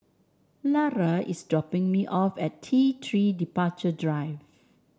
Lara is dropping me off at T Three Departure Drive